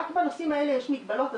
רק בנושאים האלה יש מגבלות.